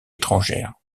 étrangères